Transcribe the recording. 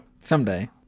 someday